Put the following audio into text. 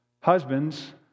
Husbands